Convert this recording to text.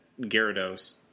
Gyarados